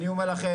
אני אומר לכם,